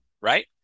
right